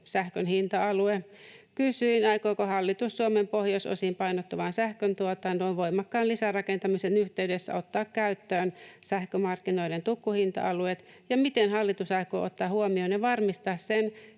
sähkön hinta-alue. Kysyin, aikooko hallitus Suomen pohjoisosiin painottuvan sähköntuotannon voimakkaan lisärakentamisen yhteydessä ottaa käyttöön sähkömarkkinoiden tukkuhinta-alueet ja miten hallitus aikoo ottaa huomioon ja varmistaa sen,